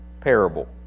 parable